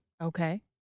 Okay